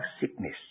sickness